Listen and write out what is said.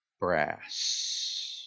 brass